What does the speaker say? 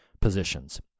positions